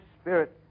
spirit